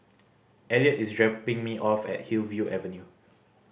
Elliot is dropping me off at Hillview Avenue